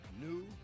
new